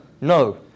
No